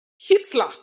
Hitler